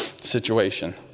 situation